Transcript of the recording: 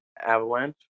Avalanche